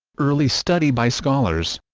early study by scholars